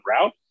route